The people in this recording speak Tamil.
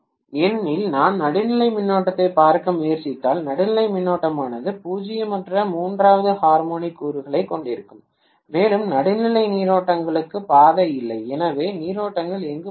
ஏனெனில் நான் நடுநிலை மின்னோட்டத்தைப் பார்க்க முயற்சித்தால் நடுநிலை மின்னோட்டமானது பூஜ்ஜியமற்ற மூன்றாவது ஹார்மோனிக் கூறுகளைக் கொண்டிருக்கும் மேலும் நடுநிலை நீரோட்டங்களுக்கு பாதை இல்லை எனவே நீரோட்டங்கள் எங்கு பாயும்